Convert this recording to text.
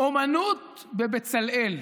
אומנות בבצלאל.